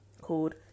called